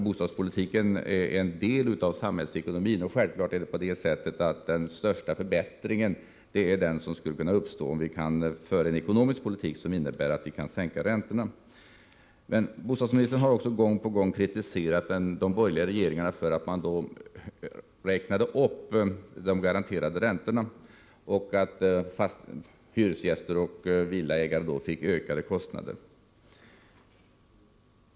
Bostadspolitiken är en del av samhällsekonomin, och självklart är det på det sättet att den största förbättringen är den som skulle kunna uppstå om vi kan föra en ekonomisk politik som gör det möjligt att sänka räntorna. Bostadsministern har också gång på gång kritiserat de borgerliga regeringarna för att man då räknade upp de garanterade räntorna, varigenom hyresgäster och villaägare fick ökade kostnader.